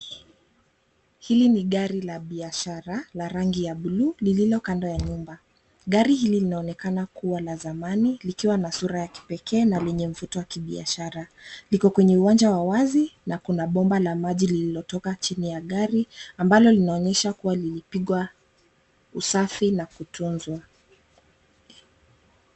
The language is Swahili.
Hili ni gari la biashara la rangi ya buluu lilo kando ya nyumba. Gari hili linonekana kuwa la zamani likiwa na sura ya kipekee na lenye mvuto wa kibiashara. Liko kwenye uwanja wa wazi na kuna bomba la maji lililotoka chini ya gari ambalo linaonyesha kuwa lilipigwa usafi na kutunzwa.